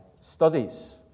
studies